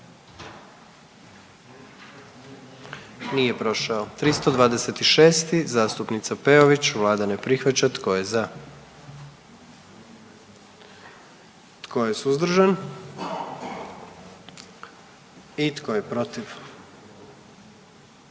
44. Kluba zastupnika SDP-a, vlada ne prihvaća. Tko je za? Tko je suzdržan? Tko je protiv?